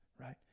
right